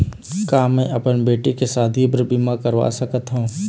का मैं अपन बेटी के शादी बर बीमा कर सकत हव?